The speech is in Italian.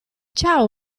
ciao